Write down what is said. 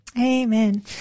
Amen